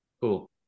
Cool